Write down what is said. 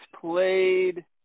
played